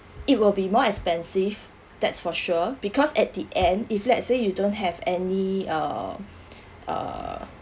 it will be more expensive that's for sure because at the end if let's say you don't have any um uh